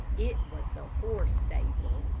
it was the horse stable.